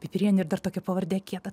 pipirienė ir dar tokia pavardė kieta